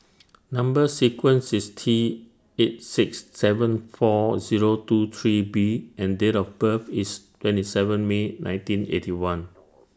Number sequence IS T eight six seven four Zero two three B and Date of birth IS twenty seven May nineteen Eighty One